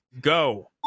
go